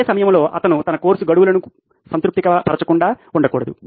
అదే సమయంలో అతను తన కోర్సు గడువులను సంతృప్తి పరచకుండా ఉండకూడదు